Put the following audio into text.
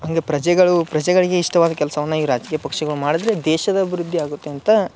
ಹಾಗೆ ಪ್ರಜೆಗಳು ಪ್ರಜೆಗಳಿಗೆ ಇಷ್ಟವಾದ್ ಕೆಲಸವನ್ನ ಈ ರಾಜಕೀಯ ಪಕ್ಷಗಳು ಮಾಡಿದರೆ ದೇಶದ ಅಭಿವೃದ್ಧಿ ಆಗುತ್ತೆ ಅಂತ